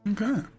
okay